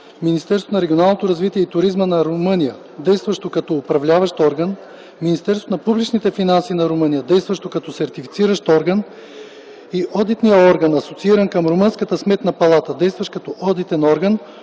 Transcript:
Министерството на регионалното развитие и туризма на Румъния, действащо като Управляващ орган, Министерството на публичните финанси на Румъния, действащо като Сертифициращ орган, и Одитния орган (асоцииран към румънската Сметна палата), действащ като Одитен орган,